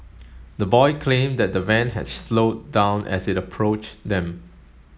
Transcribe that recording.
the boy claimed that the van had slowed down as it approached them